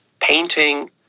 painting